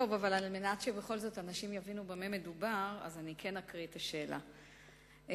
חבר הכנסת שלמה מולה שאל את שר התעשייה,